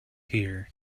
hear